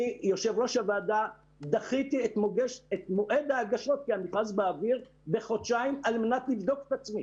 אני דחיתי את מועד ההגשות למכרז בחודשיים על מנת לבדוק את עצמי.